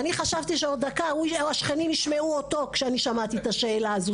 ואני חשבתי שעוד דקה השכנים ישמעו אותו כשאני שמעתי את השאלה הזאת.